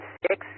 six